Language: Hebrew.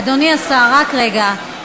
אדוני השר, רק רגע.